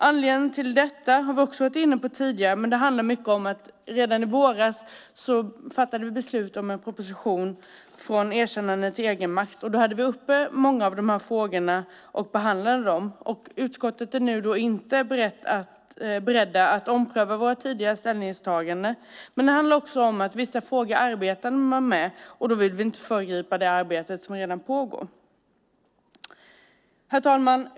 Anledningen till detta har vi också varit inne på tidigare och handlar mycket om att vi redan i våras fattade beslut om en proposition med namnet Från erkännande till egenmakt , och då behandlade vi många av de här frågorna. I utskottet är vi nu inte beredda att ompröva våra tidigare ställningstaganden, men det handlar också om att man arbetar med vissa frågor, och då vill vi inte föregripa det arbete som redan pågår. Herr talman!